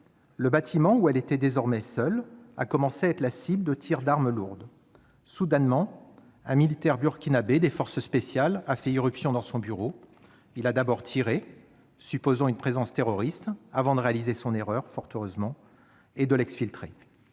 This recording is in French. Le bâtiment, dans lequel elle était désormais seule, a commencé à être la cible de tirs d'armes lourdes. Soudainement, un militaire burkinabé des forces spéciales a fait irruption dans son bureau. Il a d'abord tiré, supposant une présence terroriste, avant de réaliser son erreur, fort heureusement, et de l'exfiltrer.